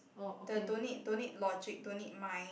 the don't need don't need logic don't need mind